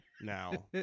now